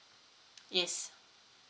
yes